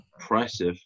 impressive